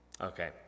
Okay